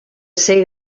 ser